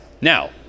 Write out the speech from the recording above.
Now